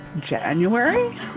January